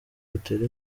utere